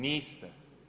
Niste.